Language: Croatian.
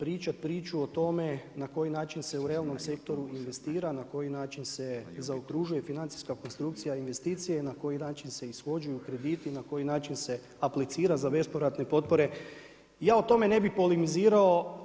Pričati priču o tome na koji način se u realnom sektoru investira, na koji način se zaokružuje financijska konstrukcija i investicije i na koji način se ishođenju krediti, na koji način se aplicira za bespovratne potpore, ja o tome ne bi polemizirao.